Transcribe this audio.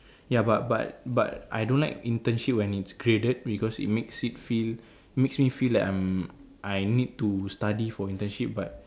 ya but but but I don't like internship when it's graded because it makes it feel makes me feel like I'm I need to study for internship but